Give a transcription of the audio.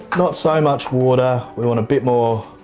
not so much water. we want a bit more